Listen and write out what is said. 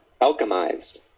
alchemized